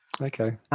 Okay